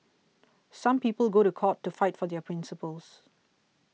some people go to court to fight for their principles